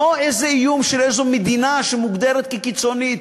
לא איזה איום של איזו מדינה שמוגדרת כקיצונית,